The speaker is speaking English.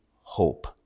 hope